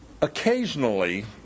Occasionally